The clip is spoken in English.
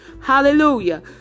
Hallelujah